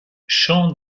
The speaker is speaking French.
chant